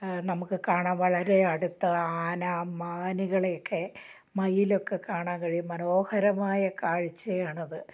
നമുക്ക് കാണാൻ വളരെ അടുത്ത് ആന മാനുകൾ ഒക്കെ മയിലൊക്കെ കാണാൻ കഴിയും മനോഹരമായ കാഴ്ച ആണ് അത്